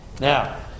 Now